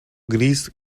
gris